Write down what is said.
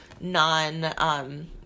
non